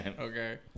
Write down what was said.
Okay